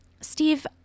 steve